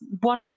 one